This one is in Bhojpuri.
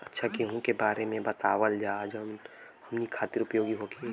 अच्छा गेहूँ के बारे में बतावल जाजवन हमनी ख़ातिर उपयोगी होखे?